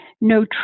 no